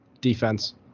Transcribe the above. defense